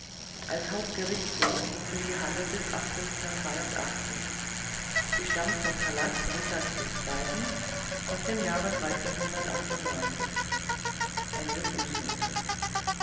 als hauptgerichtshof diente die hall bis sie stammt vom palast richards ii aus dem jahre